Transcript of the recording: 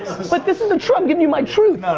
like this is the truth. i'm giving you my truth.